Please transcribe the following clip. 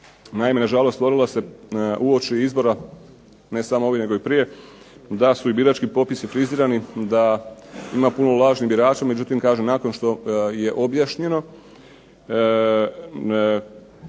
Naime na žalost stvorila se uoči izbora, ne samo ovih nego i prije, da su i birački popisi frizirani, da ima puno lažnih birača, međutim kažem nakon što je objašnjeno